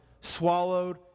swallowed